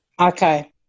okay